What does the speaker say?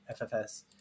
FFS